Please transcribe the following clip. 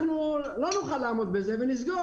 אנחנו לא נוכל לעמוד בזה ונסגור,